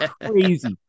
crazy